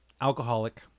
alcoholic